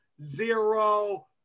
Zero